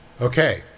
Okay